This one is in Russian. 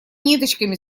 ниточками